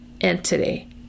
entity